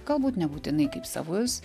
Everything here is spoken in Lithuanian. galbūt nebūtinai kaip savus